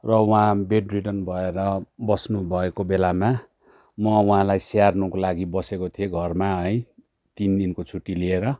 र उहाँ bedridden भएर बस्नुभएको बेलामा म उहाँलाई स्याहार्नुको लागि बसेको थिएँ घरमा है तिन दिनको छुट्टी लिएर